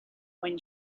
when